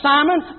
Simon